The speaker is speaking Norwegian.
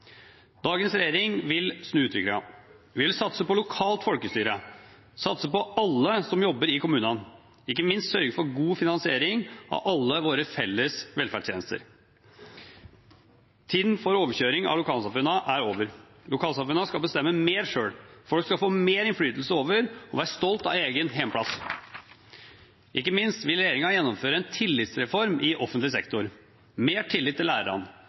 Dagens regjering vil snu utviklingen. Vi vil satse på lokalt folkestyre, satse på alle som jobber i kommunene, ikke minst sørge for god finansiering av alle våre felles velferdstjenester. Tiden for overkjøring av lokalsamfunnene er over. Lokalsamfunnene skal bestemme mer selv, folk skal få mer innflytelse og være stolt av egen hjemplass. Ikke minst vil regjeringen gjennomføre en tillitsreform i offentlig sektor: mer tillit til lærerne,